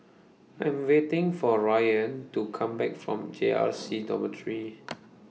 I Am waiting For Ryann to Come Back from J R C Dormitory